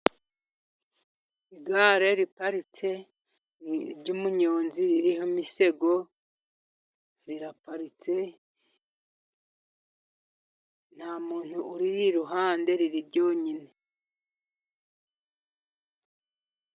Igare riparitse ry'umunyonzi ririho imisego, riraparitse nta muntu uriri iruhande, riri ryonyine.